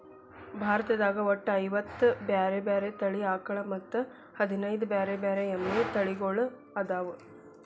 ಭಾರತದಾಗ ಒಟ್ಟ ಐವತ್ತ ಬ್ಯಾರೆ ಬ್ಯಾರೆ ತಳಿ ಆಕಳ ಮತ್ತ್ ಹದಿನೇಳ್ ಬ್ಯಾರೆ ಬ್ಯಾರೆ ಎಮ್ಮಿ ತಳಿಗೊಳ್ಅದಾವ